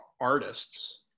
artists